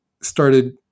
started